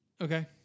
Okay